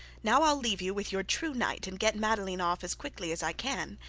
now i'll leave you with your true knight, and get madeline off as quickly as i can.